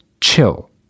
chill